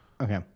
Okay